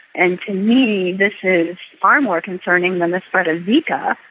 and to me this is far more concerning than the spread of zika,